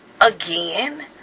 again